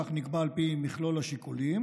כך נקבע על פי מכלול השיקולים,